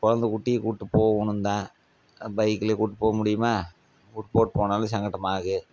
குழந்த குட்டியை கூட்டி போகணும்தான் பைக்கில் கூட்டி போக முடியுமா கூட்டிபோட்டு போனாலும் சங்கடமாகும்